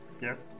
Yes